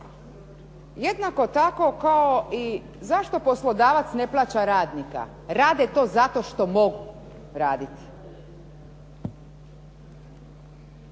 Jednako tako kao i zašto poslodavac ne plaća radnika? Rade to zato što mogu raditi.